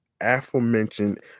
aforementioned